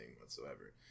whatsoever